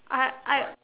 I I